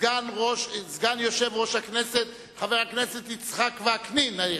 סגן יושב-ראש הכנסת חבר הכנסת יצחק וקנין היקר,